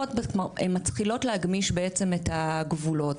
מתחילות להגמיש בעצם את הגבולות.